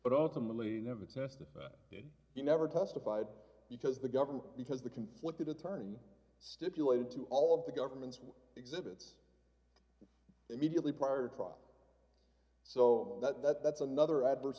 but ultimately never tested he never testified because the government because the conflicted attorney stipulated to all of the government's exhibits immediately prior to trial so that's another adverse